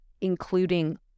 including